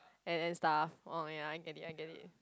and and stuff oh ya I get it I get it